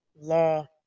law